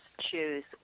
choose